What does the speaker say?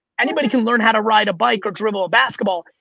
anybody can learn how to ride a bike or dribble a basketball.